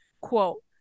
quote